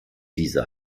diese